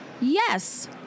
Yes